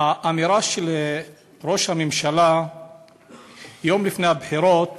האמירה של ראש הממשלה יום לפני הבחירות